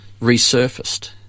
resurfaced